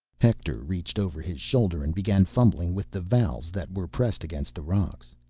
hector reached over his shoulder and began fumbling with the valves that were pressed against the rocks.